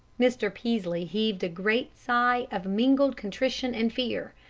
mr. peaslee heaved a great sigh of mingled contrition and fear.